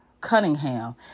Cunningham